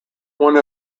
one